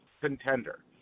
contender